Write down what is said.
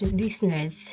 listeners